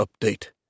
update